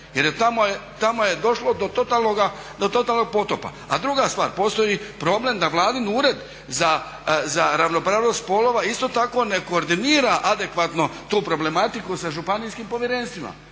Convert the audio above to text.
skrb jer tamo je došlo do totalnog potopa. A druga stvar, postoji problem da vladin ured za ravnopravnost spolova isto tako ne koordinira adekvatno tu problematiku sa županijskim povjerenstvima